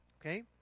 Okay